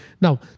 Now